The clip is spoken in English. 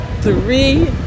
three